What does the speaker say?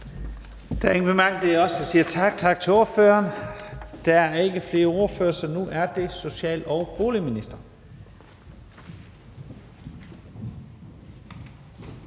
heller ingen korte bemærkninger. Jeg siger tak til ordføreren. Der er ikke flere ordførere, så nu er det social- og boligministeren.